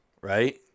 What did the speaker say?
right